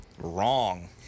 Wrong